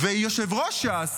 ויושב-ראש ש"ס,